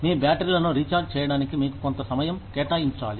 మీ బ్యాటరీలను రీఛార్జ్ చేయడానికి మీకు కొంత సమయం కేటాయించాలి